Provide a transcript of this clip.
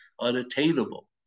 unattainable